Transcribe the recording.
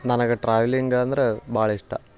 ನನಗೆ ಟ್ರಾವೆಲ್ಲಿಂಗ್ ಅಂದ್ರೆ ಭಾಳ ಇಷ್ಟ